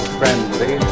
friendly